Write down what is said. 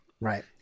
Right